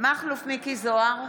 מכלוף מיקי זוהר,